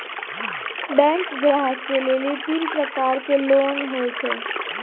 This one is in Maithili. बैंक ग्राहक के लेली तीन प्रकर के लोन हुए छै?